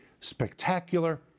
spectacular